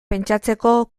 pentsatzeko